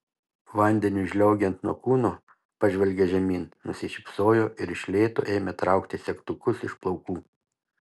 vandeniui žliaugiant nuo kūno pažvelgė žemyn nusišypsojo ir iš lėto ėmė traukti segtukus iš plaukų